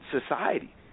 society